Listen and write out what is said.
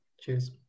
Cheers